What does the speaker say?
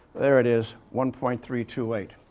there it is, one point three two eight